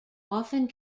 often